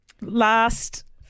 Last